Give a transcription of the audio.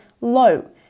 low